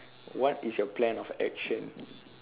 what is your plan of action